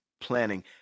planning